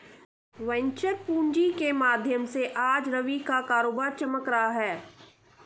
venture पूँजी के माध्यम से आज रवि का कारोबार चमक रहा है